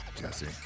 Jesse